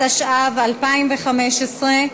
התשע"ו 2015,